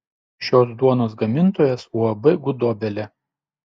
šios duonos gamintojas uab gudobelė